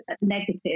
negative